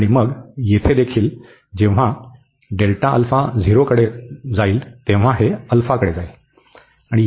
आणि मग येथे देखील जेव्हा होईल तेव्हा हे कडे जाईल